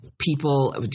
People